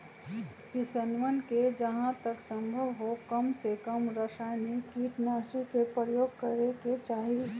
किसनवन के जहां तक संभव हो कमसेकम रसायनिक कीटनाशी के प्रयोग करे के चाहि